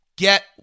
get